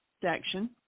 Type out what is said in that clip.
section